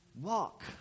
walk